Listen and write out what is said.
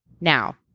Now